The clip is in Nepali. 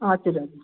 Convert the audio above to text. हजुर हजुर